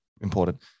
important